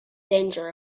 danger